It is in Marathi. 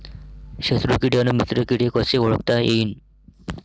शत्रु किडे अन मित्र किडे कसे ओळखता येईन?